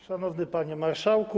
Szanowny Panie Marszałku!